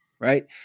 right